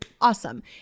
Awesome